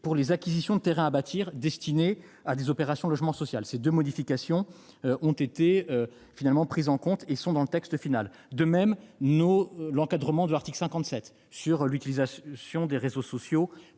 pour les acquisitions de terrains à bâtir destinés à des opérations de logement social. Ces deux modifications ont été finalement prises en compte et figurent dans le texte final. De même, en ce qui concerne l'encadrement de l'article 57 sur l'utilisation des réseaux sociaux